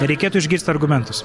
reikėtų išgirsti argumentus